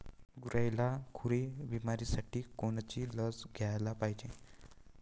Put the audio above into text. गुरांइले खुरी बिमारीसाठी कोनची लस द्याले पायजे?